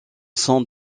sont